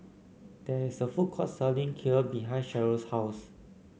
there is a food court selling Kheer behind Cheryle's house